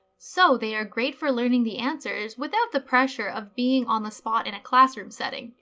so they are great for learning the answers without the pressure of being on the spot in a classroom setting.